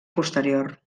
posterior